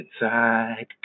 inside